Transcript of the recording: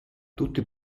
tutti